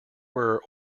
were